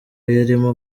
yarimo